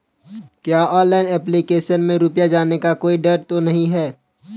क्या online application में रुपया जाने का कोई डर तो नही है?